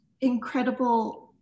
incredible